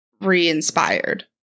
re-inspired